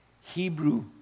Hebrew